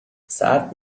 سرد